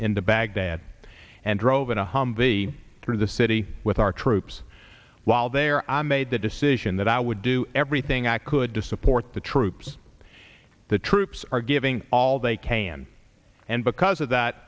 the baghdad and drove in a humvee through the city with our troops while there i made the decision that i would do everything i could to support the troops the troops are giving all they can and because of that